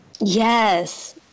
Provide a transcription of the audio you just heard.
Yes